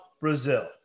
Brazil